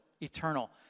eternal